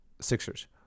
Sixers